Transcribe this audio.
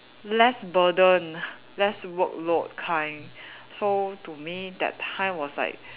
less burden less workload kind so to me that time was like